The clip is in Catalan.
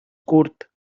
curt